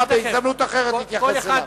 הוא יתייחס אליך בהזדמנות אחרת, הוא יתייחס אליו.